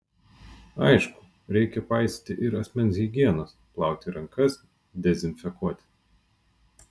aišku reikia paisyti ir asmens higienos plauti rankas dezinfekuoti